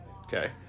Okay